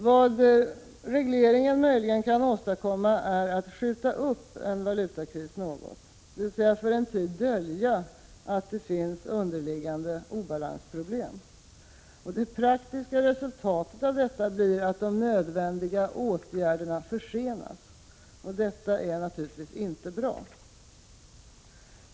Vad regleringen möjligen kan åstadkomma är att skjuta upp en valutakris något, dvs. för en tid dölja att det finns underliggande obalansproblem. Det praktiska resultatet av detta blir att de nödvändiga åtgärderna försenas. Detta är naturligtvis inte bra.